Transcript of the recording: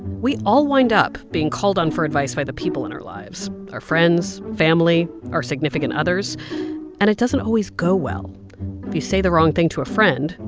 we all wind up being called on for advice by the people in our lives our friends, family, our significant others and it doesn't always go well. if you say the wrong thing to a friend,